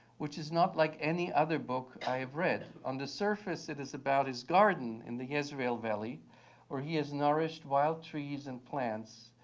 which is not like any other book i have read. on the surface it is about his garden in the jezreel valley where he has nourished wild trees and plants.